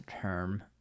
term